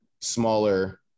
smaller